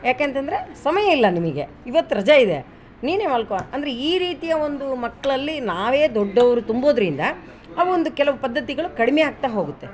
ಯಾಕಂತಂದ್ರೆ ಸಮಯ ಇಲ್ಲ ನಿಮಗೆ ಇವತ್ತು ರಜೆ ಇದೆ ನೀನೆ ಮಲ್ಕೊ ಅಂದರೆ ಈ ರೀತಿಯ ಒಂದು ಮಕ್ಕಳಲ್ಲಿ ನಾವೇ ದೊಡ್ಡೋರು ತುಂಬೋದರಿಂದ ಅವೊಂದು ಕೆಲವು ಪದ್ದತಿಗಳು ಕಡಿಮೆ ಆಗ್ತಾ ಹೋಗುತ್ತೆ